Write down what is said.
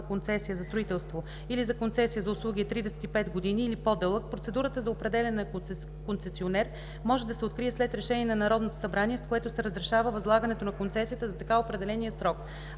концесия за строителство или за концесия за услуги е 35 години или по-дълъг, процедурата за определяне на концесионер може да се открие след решение на Народното събрание, с което се разрешава възлагането на концесията за така определения срок.